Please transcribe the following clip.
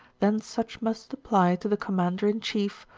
then such must apply to the commander-in chief,